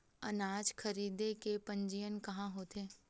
अनाज खरीदे के पंजीयन कहां होथे?